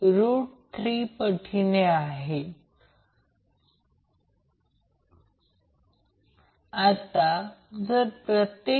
याचा अर्थ Vab Van Vbn म्हणजे त्याचप्रमाणे आपण ज्या व्होल्टेजला a टू b म्हणतो त्याला आपण लाइन टू लाईन व्होल्टेज म्हणतो